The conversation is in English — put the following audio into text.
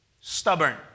stubborn